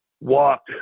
walk